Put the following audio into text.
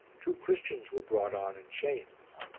two christians were brought on in chains.